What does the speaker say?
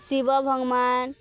ଶିବ ଭଗବାନ